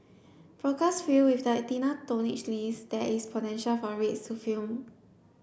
brokers feel with the thinner tonnage list there is potential for rates to firm